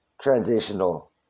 transitional